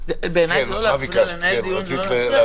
בעיניי לנהל דיון זה לא לא להפריע.